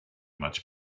much